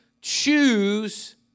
choose